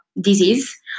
disease